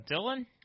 Dylan